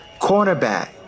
cornerback